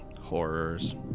horrors